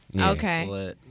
Okay